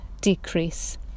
decrease